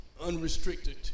unrestricted